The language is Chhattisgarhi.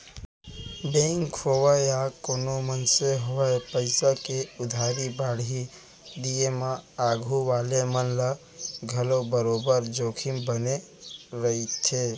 बेंक होवय या कोनों मनसे होवय पइसा के उधारी बाड़ही दिये म आघू वाले मन ल घलौ बरोबर जोखिम बने रइथे